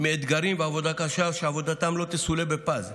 מאתגרים ומעבודה קשה, ועבודתם לא תסולא בפז,